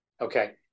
okay